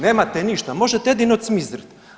Nemate ništa, možete jedino cmizdriti.